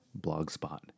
blogspot